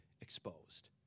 exposed